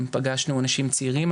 פגשנו אנשים צעירים,